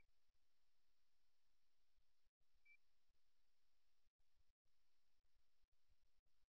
சில நேரங்களில் இது சமர்ப்பிக்கும் செயலாக எடுத்துக் கொள்ளப்படுகிறது அந்த நபர் அங்கு தங்க விரும்பும் எந்த பொறுமையையும் அது தெரிவிக்கவில்லை